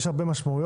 יש הרבה משמעויות.